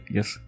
Yes